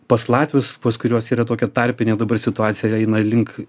pas latvius pas kuriuos yra tokia tarpinė dabar situacija jie eina link